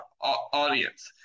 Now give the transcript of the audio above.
audience